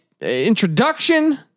Introduction